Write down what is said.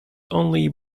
only